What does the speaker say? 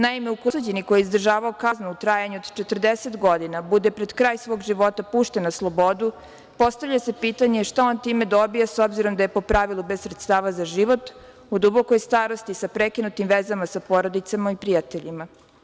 Naime, ukoliko osuđeni koji je izdržavao kaznu u trajanju od 40 godina bude pred kraj svog života pušten na slobodu, postavlja se pitanje šta on time dobija, s obzirom da je, po pravilu, bez sredstava za život, u dubokoj starosti, sa prekinutim vezama sa porodicama i prijateljima.